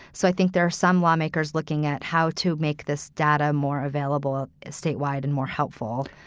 so i think there are some lawmakers looking at how to make this data more available statewide and more helpful.